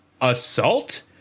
assault